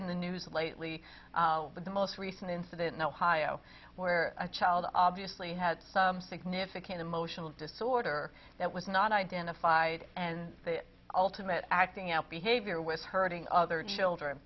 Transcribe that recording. in the news lately with the most recent incident in ohio where a child obviously had some significant emotional disorder that was not identified and ultimate acting out behavior with hurting other children